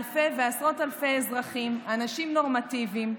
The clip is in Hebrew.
אלפי ועשרות אלפי אזרחים, אנשים נורמטיביים,